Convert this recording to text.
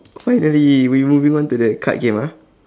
finally we moving on to the card game ah